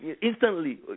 instantly